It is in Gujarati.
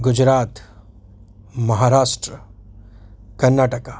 ગુજરાત મહારાષ્ટ્ર કર્ણાટકા